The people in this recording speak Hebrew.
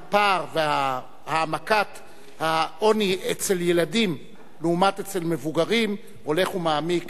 הפער והעמקת העוני אצל ילדים לעומת מבוגרים הולך ומעמיק,